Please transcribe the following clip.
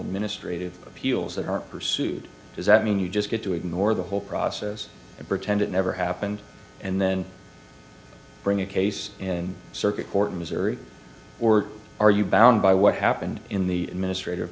administrative appeals that aren't pursued does that mean you just get to ignore the whole process and pretend it never happened and then bring a case in circuit court in missouri or are you bound by what happened in the administrat